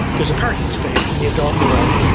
there's a parking space in the adult world.